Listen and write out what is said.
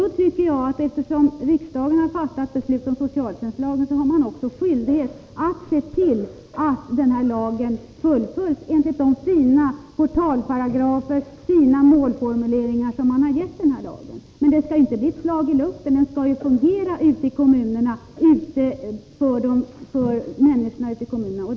Då tycker jag att riksdagen, eftersom riksdagen har fattat beslut om socialtjänstlagen, har skyldighet att se till att lagen följs enligt de fina portalparagrafer och de fina målformuleringar som man gett denna lag. Den skall naturligtvis inte bli ett slag i luften, utan den skall fungera för människorna ute i kommunerna.